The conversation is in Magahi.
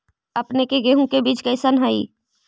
अपने के गेहूं के बीज कैसन है?